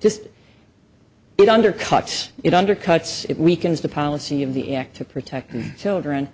just it undercuts it undercuts it weakens the policy of the act to protect children